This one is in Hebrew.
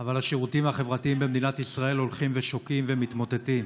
אבל השירותים החברתיים במדינת ישראל הולכים ושוקעים ומתמוטטים.